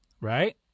right